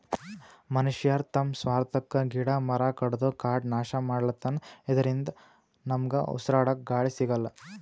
ಮನಶ್ಯಾರ್ ತಮ್ಮ್ ಸ್ವಾರ್ಥಕ್ಕಾ ಗಿಡ ಮರ ಕಡದು ಕಾಡ್ ನಾಶ್ ಮಾಡ್ಲತನ್ ಇದರಿಂದ ನಮ್ಗ್ ಉಸ್ರಾಡಕ್ಕ್ ಗಾಳಿ ಸಿಗಲ್ಲ್